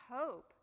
hope